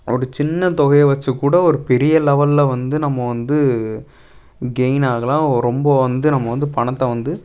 அப்படி சின்ன தொகையை வச்சி கூட ஒரு பெரிய லெவல்ல வந்து நம்ம வந்து கெயின் ஆகலாம் ஓ ரொம்ப வந்து நம்ம வந்து பணத்தை வந்து